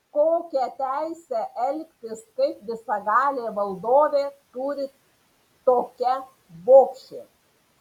kokią teisę elgtis kaip visagalė valdovė turi tokia bobšė